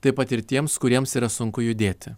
taip pat ir tiems kuriems yra sunku judėti